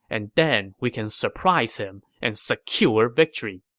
and then we can surprise him and secure victory.